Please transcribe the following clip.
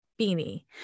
beanie